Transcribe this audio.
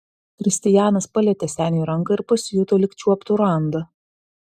kristijanas palietė seniui ranką ir pasijuto lyg čiuoptų randą